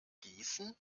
gießen